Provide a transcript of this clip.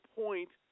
point